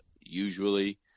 usually